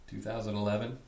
2011